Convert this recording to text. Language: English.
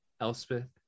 Elspeth